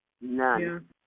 None